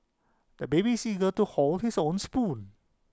the baby is eager to hold his own spoon